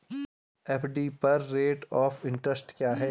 FD पर rate of interest क्या है?